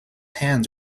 hands